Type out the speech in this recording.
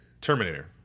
Terminator